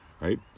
right